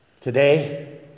today